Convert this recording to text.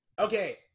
Okay